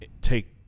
take